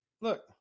Look